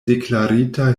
deklarita